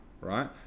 right